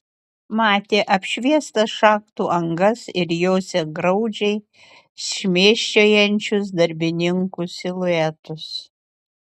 matė apšviestas šachtų angas ir jose graudžiai šmėsčiojančius darbininkų siluetus